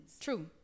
True